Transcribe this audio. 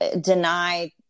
deny